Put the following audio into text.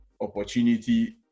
opportunity